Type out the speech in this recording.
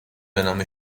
بنام